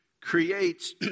creates